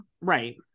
Right